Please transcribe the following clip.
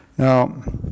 Now